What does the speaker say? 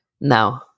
no